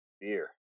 Beer